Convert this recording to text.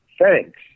thanks